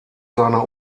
seiner